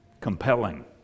compelling